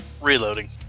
reloading